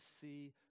see